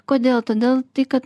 kodėl todėl tai kad